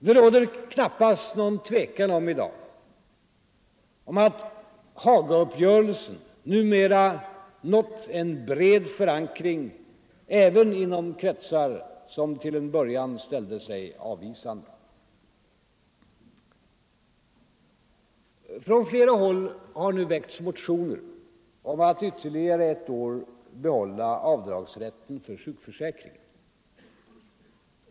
Det råder i dag knappast något tvivel om att Hagauppgörelsen numera nått en bred förankring även inom kretsar som till en början ställde sig avvisande. Från flera håll har nu väckts motioner om att under ytterligare ett år behålla avdragsrätten för sjukförsäkringen.